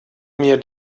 mir